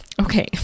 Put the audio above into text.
okay